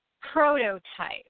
prototype